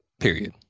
period